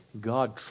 God